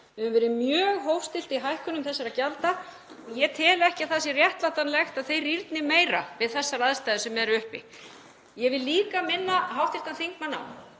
Við höfum verið mjög hófstillt í hækkun þessara gjalda og ég tel ekki að það sé réttlætanlegt að þeir rýrni meira við þær aðstæður sem eru uppi. Ég vil líka minna hv. þingmann á